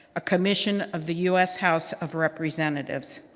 a commission of the u s. house of representatives.